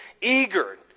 eager